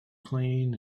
clean